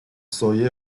سایه